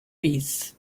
bees